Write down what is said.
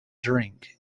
drink